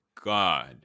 God